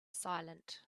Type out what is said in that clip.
silent